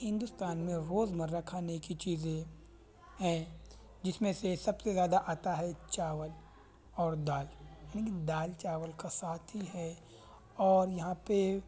ہندوستان میں روزمرہ کھانے کی چیزیں ہیں جس میں سے سب سے زیادہ آتا ہے چاول اور دال لیکن دال چاول کا ساتھی ہے اور یہاں پہ